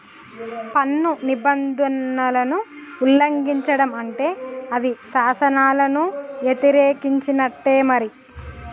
పన్ను నిబంధనలను ఉల్లంఘిచడం అంటే అది శాసనాలను యతిరేకించినట్టే మరి